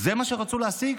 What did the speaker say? זה מה שרצו להשיג?